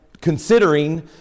considering